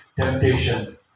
temptation